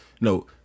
no